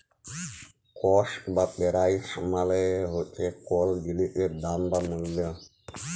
cost বা price মালে হছে কল জিলিসের দাম বা মূল্য